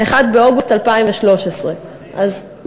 1 באוגוסט 2013. אז,